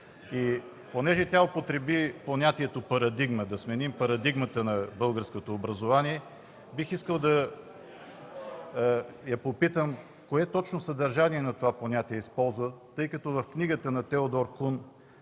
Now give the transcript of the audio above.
Понеже тя употреби понятието „парадигма” – „да сменим парадигмата на българското образование”, бих искал да я попитам: кое точно съдържание на това понятие използва, тъй като в книгата на Теодор Кун,